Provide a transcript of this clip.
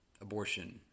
abortion